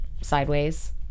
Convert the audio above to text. sideways